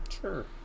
Sure